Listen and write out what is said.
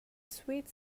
sweet